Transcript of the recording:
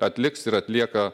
atliks ir atlieka